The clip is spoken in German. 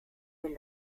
will